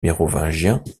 mérovingiens